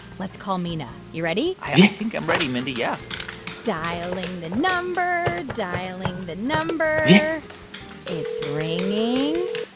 let's call mina. you ready? i think i'm ready, mindy, yeah dialing the number, dialing the number it's ringing,